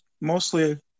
mostly